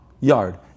yard